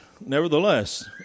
Nevertheless